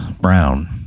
Brown